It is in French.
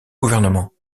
gouvernement